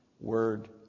Word